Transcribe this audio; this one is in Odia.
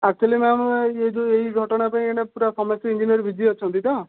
ଆକ୍ଚୁଆଲି ମ୍ୟାମ୍ ଏ ଏ ଯେଉଁ ଏଇ ଘଟଣା ପାଇଁ ଏଇନେ ପୁରା ସମସ୍ତେ ଇଞ୍ଜିନିଅର୍ ବିଜି ଅଛନ୍ତି ତ